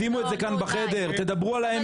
שימו את זה כאן בחדר, תדברו על האמת.